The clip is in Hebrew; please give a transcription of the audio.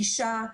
גישה,